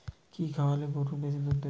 কি খাওয়ালে গরু বেশি দুধ দেবে?